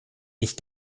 ich